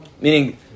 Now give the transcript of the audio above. Meaning